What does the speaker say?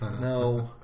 no